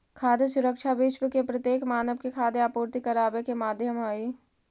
खाद्य सुरक्षा विश्व के प्रत्येक मानव के खाद्य आपूर्ति कराबे के माध्यम हई